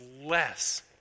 less